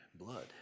blood